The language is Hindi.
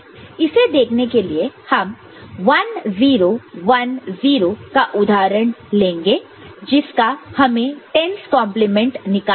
इसे देखने के लिए हम 1 0 1 0 का उदाहरण लेंगे जिसका हमें 10's कंप्लीमेंट 10's complement निकालना है